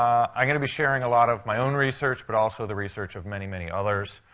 i'm going to be sharing a lot of my own research, but also the research of many, many others.